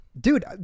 Dude